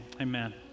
amen